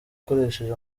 akoresheje